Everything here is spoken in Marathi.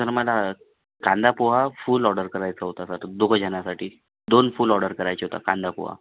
सर मला कांदापोहा फुल ऑर्डर करायचं होतं सर दोघं जणांसाठी दोन फुल ऑर्डर करायचं होता कांदा पोहा